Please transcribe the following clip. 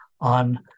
on